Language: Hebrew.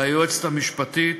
ליועצת המשפטית